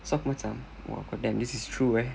!wah! god damn this is true eh